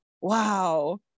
wow